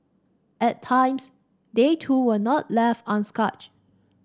at times they too were not left unscath